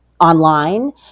online